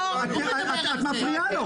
את מפריעה לו.